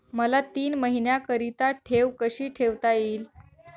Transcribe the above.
मला तीन महिन्याकरिता ठेव कशी ठेवता येईल?